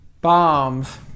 bombs